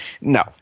No